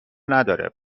نداره